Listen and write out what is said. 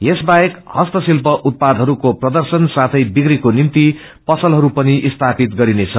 यसबाहेक इस्त शिल्प उतपादहरूको प्रर्दशनह साथै बिक्रीको निम्ति पसलहरू पनि स्थापित गरिनेछ